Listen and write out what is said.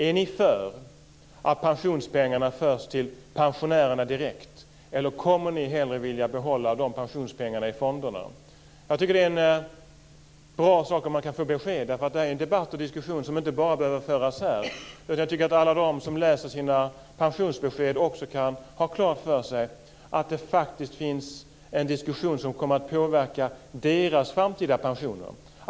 Är ni för att dessa pensionspengar förs till pensionärerna direkt, eller kommer ni hellre att vilja behålla dessa pensionspengar i fonderna? Det vore bra att få ett sådant besked. Detta är en diskussion som bör föras inte bara här. Jag tycker att alla de som läser sina pensionsbesked bör kunna ha klart för sig att det förs en diskussion som kommer att påverka deras framtida pensioner.